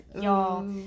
y'all